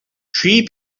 three